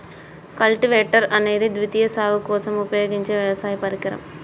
cultivator అనేది ద్వితీయ సాగు కోసం ఉపయోగించే వ్యవసాయ పరికరం